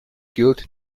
gilt